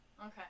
Okay